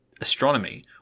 astronomy